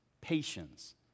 patience